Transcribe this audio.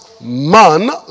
man